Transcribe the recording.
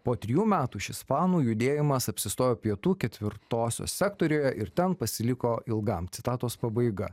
po trijų metų šis fanų judėjimas apsistojo pietų ketvirtosios sektoriuje ir ten pasiliko ilgam citatos pabaiga